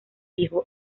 hijo